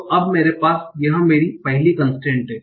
तो अब मेरे पास है यह मेरी पहली कन्स्ट्रेन्ट है